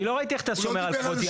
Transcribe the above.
אני לא ראיתי איך אתה שומר על כבודי.